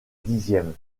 dixième